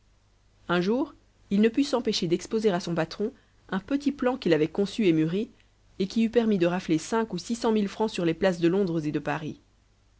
un jour il ne put s'empêcher d'exposer à son patron un petit plan qu'il avait conçu et mûri et qui eût permis de rafler cinq ou six cent mille francs sur les places de londres et de paris